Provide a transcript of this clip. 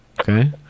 Okay